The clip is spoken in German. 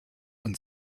und